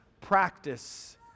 practice